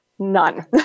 None